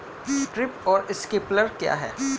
Drip और sprinkler क्या हैं?